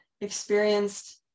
experienced